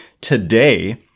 today